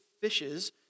fishes